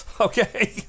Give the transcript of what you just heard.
Okay